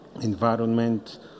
environment